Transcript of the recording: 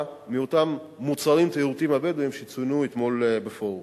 מאותם מוצרים תיירותיים בדואיים שצוינו אתמול בפורום.